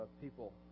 people